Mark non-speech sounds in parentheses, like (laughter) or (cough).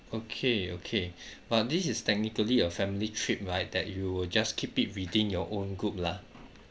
okay okay (breath) but this is technically a family trip right that you will just keep it within your own group lah